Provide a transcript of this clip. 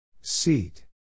Seat